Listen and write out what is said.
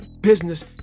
business